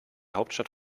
hauptstadt